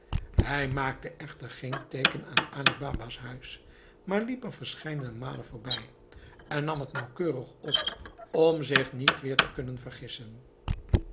hij maakte echter geen teeken aan ali baba's huis maar liep er verscheidene malen voorbij en nam het nauwkeurig op om zich niet weer te kunnen vergissen